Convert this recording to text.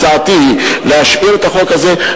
הצעתי היא להשאיר את החוק הזה,